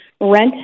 Rent